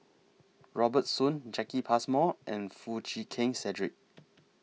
Robert Soon Jacki Passmore and Foo Chee Keng Cedric